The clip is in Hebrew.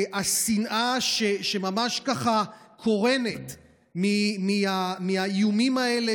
השנאה שממש ככה קורנת מהאיומים האלה,